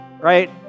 right